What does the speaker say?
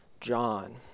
John